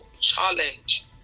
challenge